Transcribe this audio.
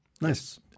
nice